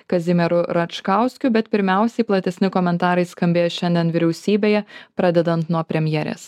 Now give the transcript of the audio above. kazimieru račkauskiu bet pirmiausiai platesni komentarai skambėjo šiandien vyriausybėje pradedant nuo premjerės